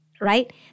right